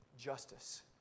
justice